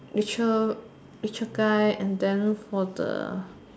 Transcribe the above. richer richer guy and then for the